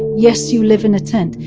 yes, you live in a tent.